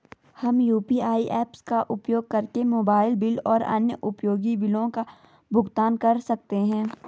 हम UPI apps का उपयोग करके मोबाइल बिल और अन्य उपयोगी बिलों का भुगतान कर सकते हैं